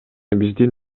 биздин